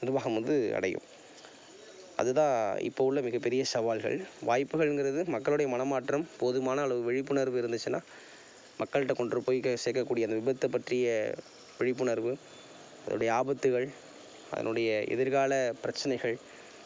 நிர்வாகம் வந்து அடையும் அதுதான் இப்போ உள்ள மிகப்பெரிய சவால்கள் வாய்ப்புகள்ங்கிறது மக்களுடைய மனமாற்றம் போதுமான அளவு விழிப்புணர்வு இருந்துச்சுன்னா மக்கள்கிட்ட கொண்டு போய் சேர்க்கக்கூடிய அந்த விபத்தை பற்றிய விழிப்புணர்வு அதனுடைய ஆபத்துகள் அதனுடைய எதிர்கால பிரச்சினைகள்